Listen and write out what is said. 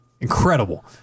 incredible